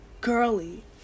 girly